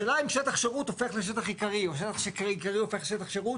השאלה אם שטח שירות הופך לשטח עיקרי או שטח עיקרי הופך לשטח שירות,